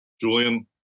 Julian